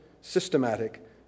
systematic